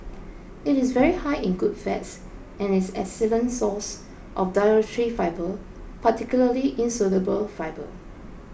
it is very high in good fats and is an excellent source of dietary fibre particularly insoluble fibre